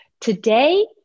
today